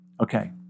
Okay